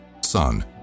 sun